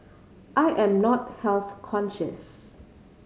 I am not health conscious